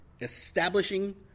establishing